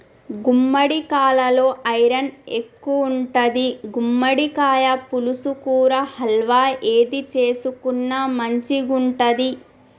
గుమ్మడికాలలో ఐరన్ ఎక్కువుంటది, గుమ్మడికాయ పులుసు, కూర, హల్వా ఏది చేసుకున్న మంచిగుంటది